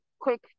quick